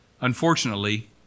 Unfortunately